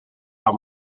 how